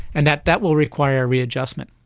and that that will require readjustment.